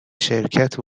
شرکت